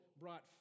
brought